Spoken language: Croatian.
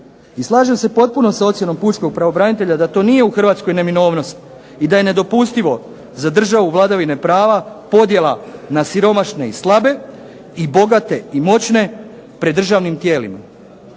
I slažem se potpuno s ocjenom pučkog pravobranitelja da to nije u Hrvatskoj neminovnost i da je nedopustivo za državu vladavine prava podjela na siromašne i slabe i bogate i moćne pred državnim tijelima.